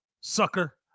sucker